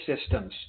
systems